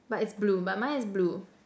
but its blue but mine is blue